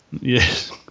Yes